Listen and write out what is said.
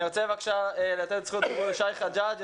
אני רוצה בבקשה לתת את זכות הדיבור לשי חג'ג',